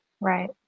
Right